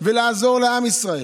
ולעזור לעם ישראל.